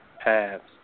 paths